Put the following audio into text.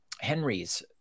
Henry's